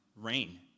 rain